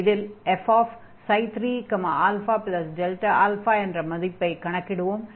இதில் fξ3αΔα என்ற மதிப்பைக் கணக்கிடுவோம்